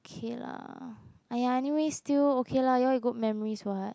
okay lah !aiya! anyways still okay lah you all have good memories [what]